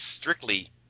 strictly